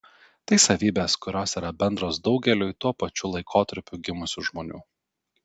tai savybės kurios yra bendros daugeliui tuo pačiu laikotarpiu gimusių žmonių